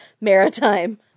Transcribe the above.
Maritime